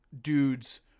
dudes